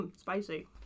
Spicy